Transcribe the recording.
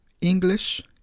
English